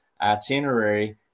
itinerary